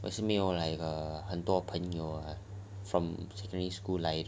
我也是没有很多朋友 from secondary school life